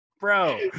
Bro